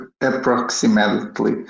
approximately